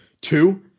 Two